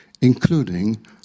including